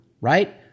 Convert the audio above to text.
right